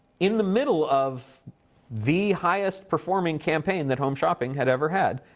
in the middle of the highest-performing campaign that home shopping had ever had.